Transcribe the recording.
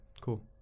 Cool